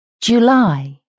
July